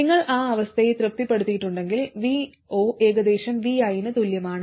നിങ്ങൾ ആ അവസ്ഥയെ തൃപ്തിപ്പെടുത്തിയിട്ടുണ്ടെങ്കിൽ vo ഏകദേശം vi ന് തുല്യമാണ്